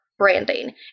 branding